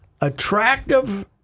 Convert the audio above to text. attractive